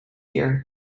year